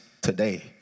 today